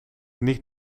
niet